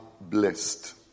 blessed